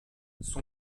son